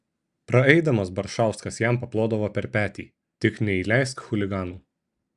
praeidamas baršauskas jam paplodavo per petį tik neįleisk chuliganų